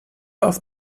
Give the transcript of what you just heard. auf